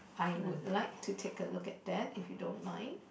I would like to take a look at that if you don't mind